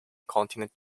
continent